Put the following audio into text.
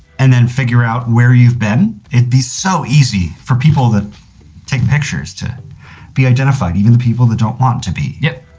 and then figure out where you've been. it'd be so easy for people that take pictures to be identified. even the people that don't want to be. yep.